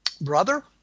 brother